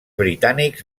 britànics